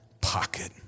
pocket